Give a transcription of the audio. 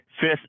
Fifth